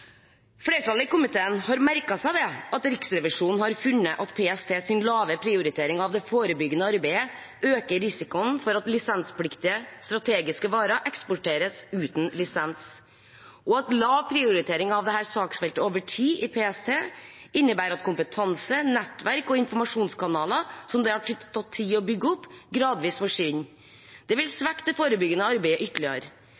Flertallet i komiteen har merket seg at Riksrevisjonen har funnet at PSTs lave prioritering av det forebyggende arbeidet øker risikoen for at lisenspliktige strategiske varer eksporteres uten lisens, og at lav prioritering av dette saksfeltet over tid i PST innebærer at kompetanse, nettverk og informasjonskanaler som det har tatt tid å bygge opp, gradvis forsvinner. Det vil